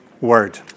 word